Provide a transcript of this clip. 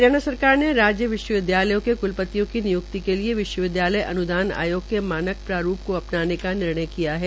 हरियाणा सरकार ने राज्य विश्वविद्यालयों के क्लपतियों की निय्क्ति के लिए विशवविदयालय अनुदान आयोग मानव प्रारूप को अपनाने का निर्णय लिया है